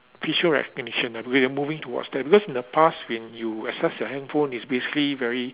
facial recognition we are moving towards there because in the past when you access your handphone it's basically very